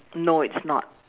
no it's not